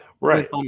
Right